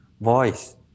voice